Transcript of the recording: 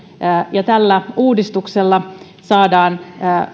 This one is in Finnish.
tällä uudistuksella saadaan